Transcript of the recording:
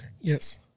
Yes